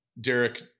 Derek